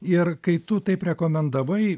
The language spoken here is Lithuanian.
ir kai tu taip rekomendavai